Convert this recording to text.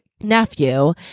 nephew